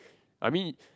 I mean